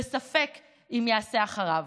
וספק אם יעשה אחריו.